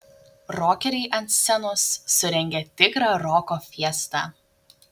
rokeriai ant scenos surengė tikrą roko fiestą